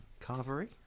Carvery